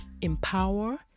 empower